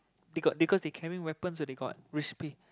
they got because they carrying weapons so they got risk pay